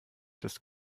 des